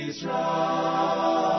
Israel